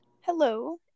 hello